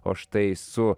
o štai su